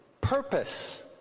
purpose